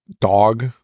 dog